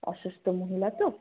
অসুস্থ মহিলা তো